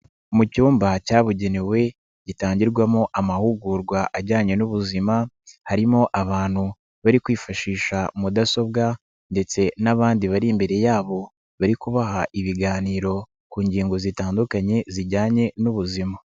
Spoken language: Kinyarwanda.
Mu cyumba cyabugenewe gitangirwamo amahugurwa ajyanye n'ubuzima, harimo abantu bari kwifashisha mudasobwa ndetse n'abandi bari imbere yabo bari kubaha ibiganiro ku ngingo zitandukanye zijyanye n'ubuzima.